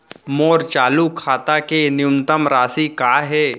मोर चालू खाता के न्यूनतम राशि का हे?